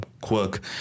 Quirk